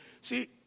See